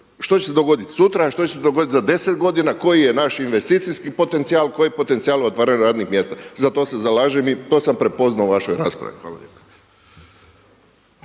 što će se dogoditi sutra, a što će se dogoditi za 10 godina koji je naš investicijski potencijal? Koji potencijal otvaranju radnih mjesta? Za to se zalažem i to sam prepoznao u vašoj raspravi. Hvala